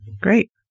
Great